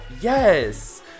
Yes